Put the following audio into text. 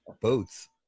boats